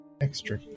extra